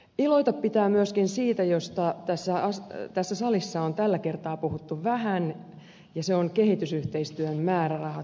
iloita pitää myöskin siitä josta tässä salissa on tällä kertaa puhuttu vähän ja se on kehitysyhteistyön määrärahat